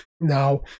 now